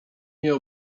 nie